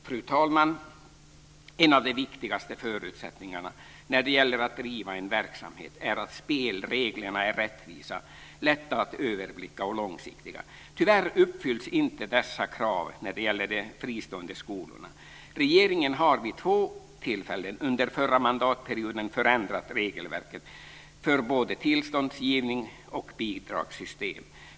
Fru talman! En av de viktigaste förutsättningarna när det gäller att driva en verksamhet är att spelreglerna är rättvisa, lätta att överblicka och långsiktiga. Tyvärr uppfylls inte dessa krav när det gäller de fristående skolorna. Regeringen har vid två tillfällen under förra mandatperioden förändrat regelverket för både tillståndsgivning och bidragssystem.